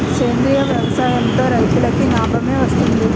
సేంద్రీయ వ్యవసాయం తో రైతులకి నాబమే వస్తది